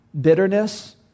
bitterness